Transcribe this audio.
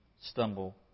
stumble